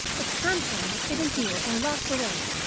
its contents hidden here and locked away,